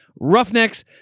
Roughnecks